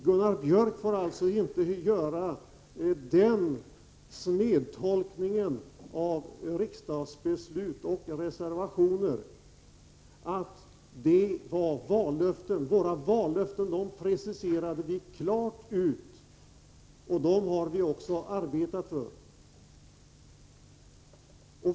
Gunnar Björk får alltså inte göra den snedtolkningen av riksdagsbeslut och reservationer att de alla var vallöften. Våra vallöften preciserade vi klart ut, och dem har vi också arbetat för.